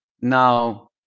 now